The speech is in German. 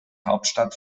hauptstadt